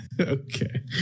okay